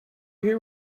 hear